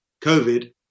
COVID